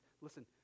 listen